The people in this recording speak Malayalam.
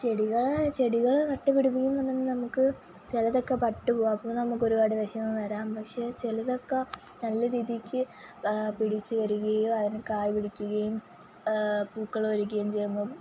ചെടികള് ചെടികള് നട്ടു പിടിപ്പിക്കുമ്പോള് തന്നെ നമുക്ക് ചിലതക്കെ പട്ട് പോവും അപ്പോള് നമുക്ക് ഒരുപാട് വിഷമം വരാം പക്ഷേ ചിലതൊക്ക നല്ല രീതിക്ക് പിടിച്ച് വരുകയും അതിന് കായ് പിടിക്കുകയും പൂക്കളൊരുക്കുകയും ചെയ്യുന്നു